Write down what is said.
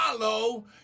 follow